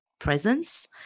presence